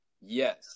Yes